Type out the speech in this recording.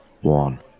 one